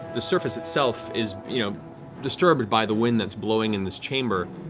the surface itself is disturbed by the wind that's blowing in this chamber.